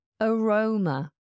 aroma